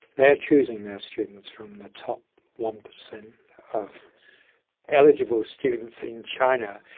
they're choosing their students from the top one percent of eligible students in china,